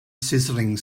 sizzling